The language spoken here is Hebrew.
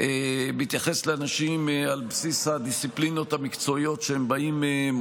שמתייחסת לאנשים על בסיס הדיסציפלינות המקצועיות שהם באים מהן,